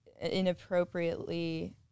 inappropriately